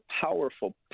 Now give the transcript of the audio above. powerful